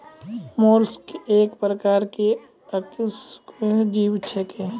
mollusc एक प्रकार के अकेशेरुकीय जीव छेकै